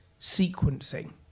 sequencing